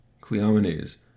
Cleomenes